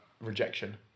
rejection